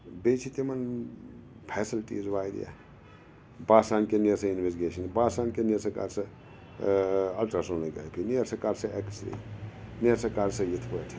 بیٚیہِ چھِ تِمن فیسَلٹیٖز واریاہ باسان کہ نیر سا اِنویٚسٹگیشن باسان کہ نیر سا کَر سہ اَلٹرا سونٕگرٛفی نیر سا کَر سا ایٚکٕسرے نیر سا کَر سا یِتھ پٲٹھۍ